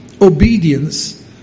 obedience